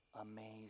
Amazing